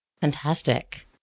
fantastic